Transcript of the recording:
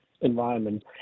environment